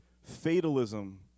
Fatalism